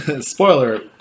Spoiler